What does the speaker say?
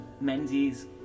Menzies